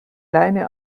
leine